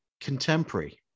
contemporary